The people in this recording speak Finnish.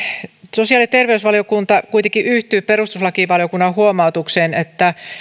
sosiaali ja terveysvaliokunta kuitenkin yhtyy perustuslakivaliokunnan huomautukseen että